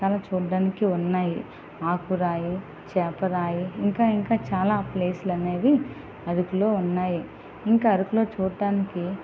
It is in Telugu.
చాలా చూడడానికి ఉన్నాయి ఆకు రాయి చేప రాయి ఇంకా ఇంకా చాలా ప్లేస్లు అనేవి అరకులో ఉన్నాయి ఇంకా అరకులో చూడడానికి